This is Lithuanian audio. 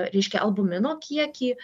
reiškia albumino kiekį